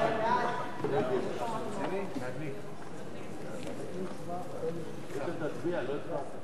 ההסתייגות של קבוצת סיעת חד"ש ושל חברי הכנסת ג'מאל זחאלקה,